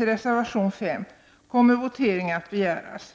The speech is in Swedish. i reservation 5, och där kommer votering att begäras.